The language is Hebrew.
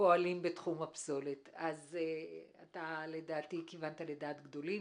הפסולת ומניעת המפגעים לבין,